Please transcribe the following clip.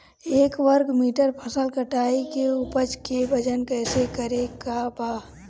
एक वर्ग मीटर फसल कटाई के उपज के वजन कैसे करे के बा?